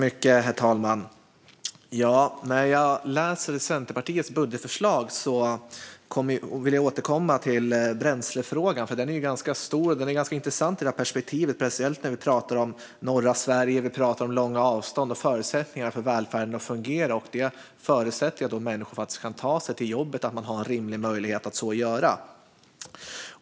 Herr talman! När det gäller Centerpartiets budgetförslag vill jag återkomma till bränslefrågan. Den är ju ganska stor, och den är ganska intressant i det här perspektivet, speciellt när vi pratar om norra Sverige, långa avstånd och förutsättningar för att välfärden ska fungera. Det förutsätter ju att människor kan ta sig till jobbet, att man har en rimlig möjlighet att så göra.